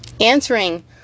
answering